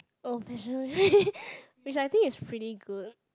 oh which I think is pretty good